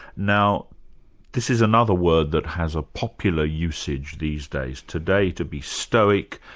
now this is another word that has a popular usage these days. today to be stoic,